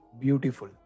beautiful